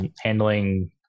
handling